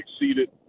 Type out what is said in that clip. exceeded